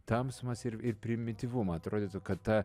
tamsumas ir ir primityvumą atrodytų kad ta